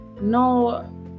no